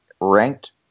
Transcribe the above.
ranked